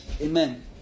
Amen